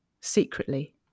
secretly